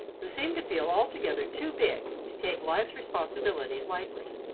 who seemed to feel altogether too big to take life's responsibilities lightly.